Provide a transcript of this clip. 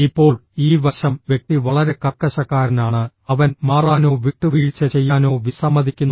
ഇപ്പോൾ ഈ വശം വ്യക്തി വളരെ കർക്കശക്കാരനാണ് അവൻ മാറാനോ വിട്ടുവീഴ്ച ചെയ്യാനോ വിസമ്മതിക്കുന്നു